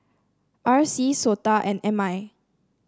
R C SOTA and M I